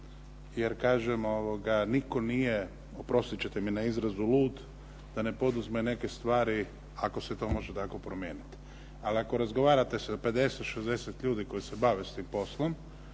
jer kažem nitko nije oprostit ćete mi na izrazu lud da ne poduzme neke stvari ako se to može tako promijeniti. Ali ako razgovarate sa 50, 60 ljudi koji se bave tim poslom